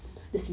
mm